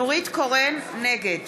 נגד